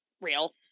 real